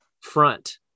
front